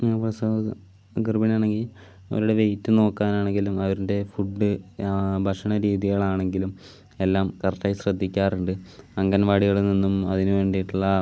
പ്രസവ ഗർഭിണിയാണെങ്കിൽ അവരുടെ വെയ്റ്റ് നോക്കാനാണെങ്കിലും അവരുടെ ഫുഡ് ഭക്ഷണ രീതികളാണെങ്കിലും എല്ലാം കറക്ടായി ശ്രദ്ധിക്കാറുണ്ട് അംഗൻവാടികളിൽ നിന്നും അതിനുവേണ്ടിയിട്ടുള്ള